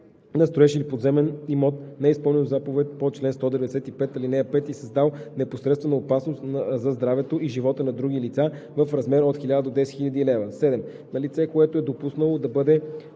на строеж или поземлен имот, неизпълнил заповед по чл. 195, ал. 5 и създал непосредствена опасност за здравето и живота на други лица – в размер от 1000 до 10 000 лв.; 7. на лице, което е допуснало да бъде